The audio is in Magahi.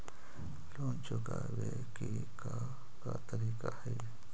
लोन चुकावे के का का तरीका हई?